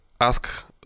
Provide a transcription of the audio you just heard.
ask